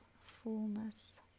fullness